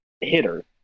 hitter